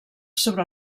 sobre